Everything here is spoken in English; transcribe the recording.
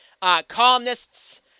columnists